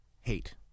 hate